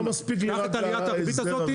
קח את עליית הריבית הזאת.